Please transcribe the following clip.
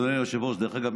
דרך אגב,